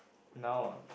now ah